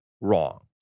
wrong